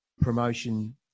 promotion